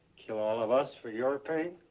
kill all of us for your pain?